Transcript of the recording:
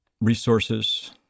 resources